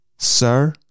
sir